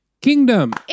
Kingdom